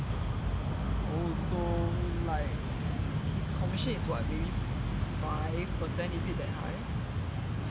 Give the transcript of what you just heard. oh so like his commission is what maybe five percent is it that high